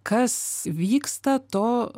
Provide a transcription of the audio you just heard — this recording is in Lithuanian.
kas vyksta to